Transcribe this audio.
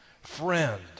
friend